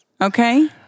Okay